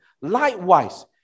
Likewise